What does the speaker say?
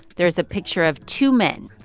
there is a picture of two men,